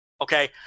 Okay